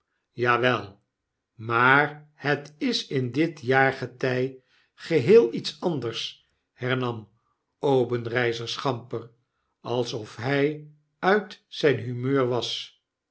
jawel maar het is in dit jaargetij geheel iets anders hernam obenreizer schamper alsof hfl uit zijn humeur was